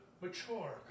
mature